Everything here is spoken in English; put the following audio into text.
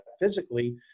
physically